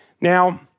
Now